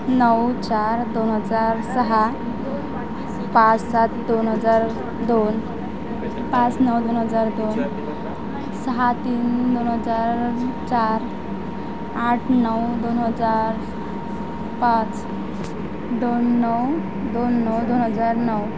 नऊ चार दोन हजार सहा पाच सात दोन हजार दोन पाच नऊ दोन हजार दोन सहा तीन दोन हजार चार आठ नऊ दोन हजार पाच दोन नऊ दोन नऊ दोन हजार नऊ